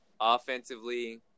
offensively